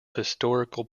historical